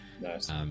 Nice